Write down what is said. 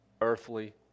earthly